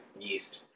yeast